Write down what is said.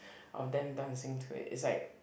of them dancing to it is like